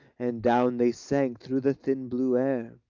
and down they sank through the thin blue air.